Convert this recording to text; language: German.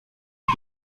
die